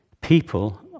People